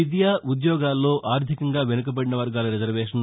విద్య ఉద్యోగాల్లో ఆర్దికంగా వెనుకబడిన వర్గాల రిజర్వేషన్